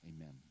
amen